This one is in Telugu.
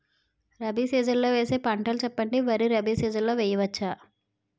రబీ సీజన్ లో వేసే పంటలు చెప్పండి? వరి రబీ సీజన్ లో వేయ వచ్చా?